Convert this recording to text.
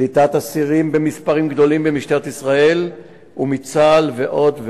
קליטת אסירים במספרים גדולים ממשטרת ישראל ומצה"ל ועוד ועוד.